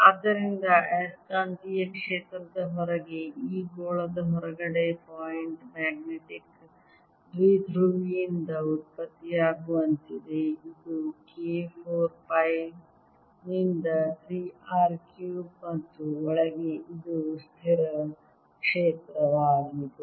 ಆದ್ದರಿಂದ ಆಯಸ್ಕಾಂತೀಯ ಕ್ಷೇತ್ರದ ಹೊರಗೆ ಈ ಗೋಳದ ಹೊರಗಡೆ ಪಾಯಿಂಟ್ ಮ್ಯಾಗ್ನೆಟಿಕ್ ದ್ವಿಧ್ರುವಿಯಿಂದ ಉತ್ಪತ್ತಿಯಾಗುವಂತಿದೆ ಇದು K 4 ಪೈ ನಿಂದ 3 R ಕ್ಯೂಬ್ಡ್ ಮತ್ತು ಒಳಗೆ ಇದು ಸ್ಥಿರ ಕ್ಷೇತ್ರವಾಗಿದೆ